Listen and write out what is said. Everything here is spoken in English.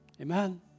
Amen